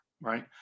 right